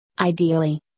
Ideally